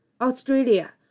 Australia